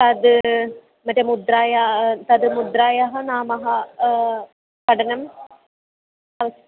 तन्मध्ये मुद्रायाः तद् मुद्रायाः नामं पठनम् अस्ति